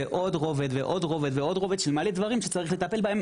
זה עוד רובד ועוד רובד של מלא דברים שיש לטפל בהם,